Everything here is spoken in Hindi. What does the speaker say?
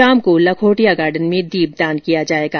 शाम को लखोटिया गार्डन में दीपदान किया जाएगा